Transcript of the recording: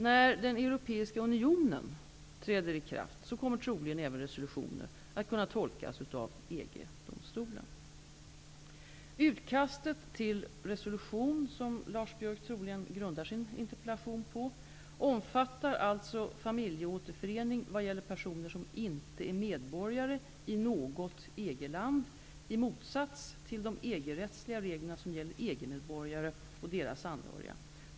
När den europeiska unionen träder i kraft kommer troligen även resolutioner att kunna tolkas av EG-domstolen. Utkastet till resolutionen, som Lars Biörck troligen grundar sin interpellation på, omfattar alltså familjeåterförening vad gäller personer som inte är medborgare i något EG-land i motsats till de EG rättsliga reglerna som gäller EG-medborgare och deras anhöriga.